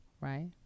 right